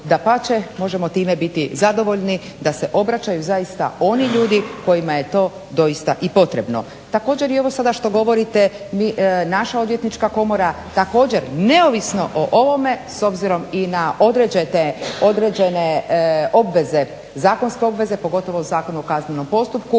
možemo time biti zadovoljni da se obraćaju zaista oni ljudi kojima je to doista i potrebno. Također i ovo sada što govorite, naša odvjetnička komora također neovisno o ovome, s obzirom i na određene obveze, zakonske obveze, pogotovo Zakon o kaznenom postupku